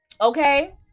okay